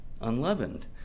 unleavened